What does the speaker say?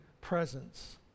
presence